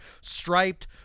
striped